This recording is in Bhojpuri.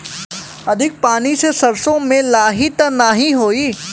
अधिक पानी से सरसो मे लाही त नाही होई?